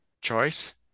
choice